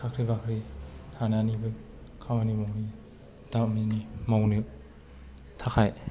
साख्रि बाख्रि थानानैबो खामानि दामानि मावनो थाखाय